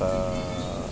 ఒక